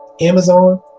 Amazon